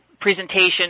presentation